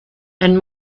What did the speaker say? and